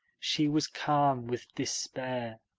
she was calm with despair.